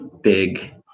big